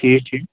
ٹھیٖک ٹھیٖک